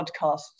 podcasts